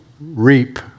reap